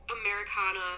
americana